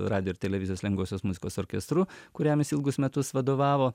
radijo ir televizijos lengvosios muzikos orkestru kuriam is ilgus metus vadovavo